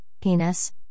penis